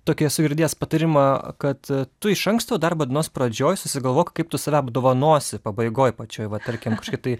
tokį esu girdėjęs patarimą kad tu iš anksto darbo dienos pradžioj susigalvok kaip tu save apdovanosi pabaigoj pačioj va tarkim kažkaip tai